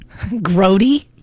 Grody